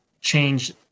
change